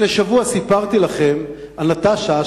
לפני שבוע סיפרתי לכם על נטשה,